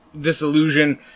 disillusion